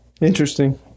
interesting